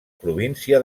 província